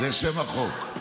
שבח ורכישה.